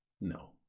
No